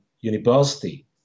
university